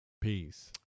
Peace